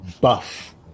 buff